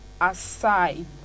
aside